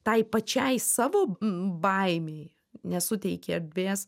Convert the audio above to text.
tai pačiai savo baimei nesuteiki erdvės